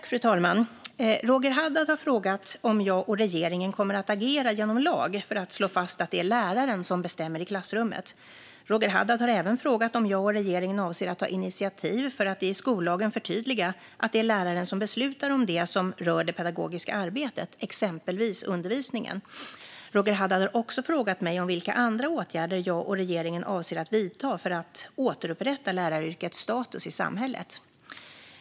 Fru talman! Roger Haddad har frågat om jag och regeringen kommer att agera genom lag för att slå fast att det är läraren som bestämmer i klassrummet. Roger Haddad har även frågat om jag och regeringen avser att ta initiativ för att i skollagen förtydliga att det är lärarna som beslutar om det som rör det pedagogiska arbetet, exempelvis undervisningen. Roger Haddad har också frågat mig om vilka andra åtgärder jag och regeringen avser att vidta för att återupprätta läraryrkets status i samhället.